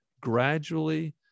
gradually